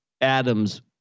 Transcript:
Adams